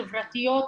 חברתיות,